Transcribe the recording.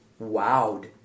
wowed